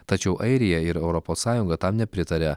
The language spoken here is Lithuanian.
tačiau airija ir europos sąjunga tam nepritaria